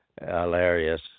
hilarious